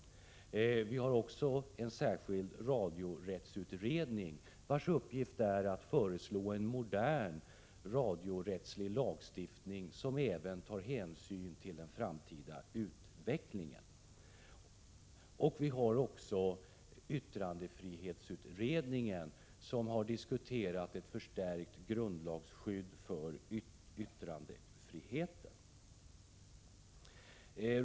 Vi har en särskild radiorättsutredning, vars uppgift är att utarbeta förslag till en modern radiorättslig lagstiftning som även tar hänsyn till den framtida utvecklingen. Vidare har vi yttrandefrihetsutredningen, som har diskuterat ett förstärkt grundlagsskydd för yttrandefriheten.